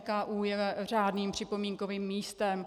NKÚ je řádným připomínkovým místem.